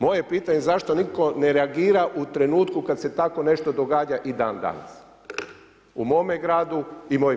Moje je pitanje zašto nitko ne reagira u trenutku kada se tako nešto događa i dan danas u mome gradu i mojim